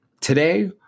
Today